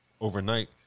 overnight